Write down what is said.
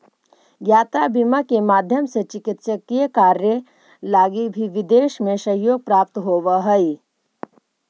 यात्रा बीमा के माध्यम से चिकित्सकीय कार्य लगी भी विदेश में सहयोग प्राप्त होवऽ हइ